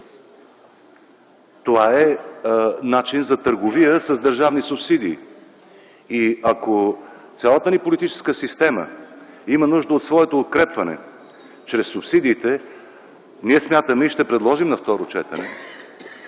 Това е начин за търговия с държавни субсидии и ако цялата ни политическа система има нужда от своето укрепване чрез субсидиите, ние смятаме и ще предложим на второ четене